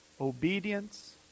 obedience